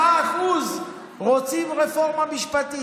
ורק 7% רוצים רפורמה משפטית.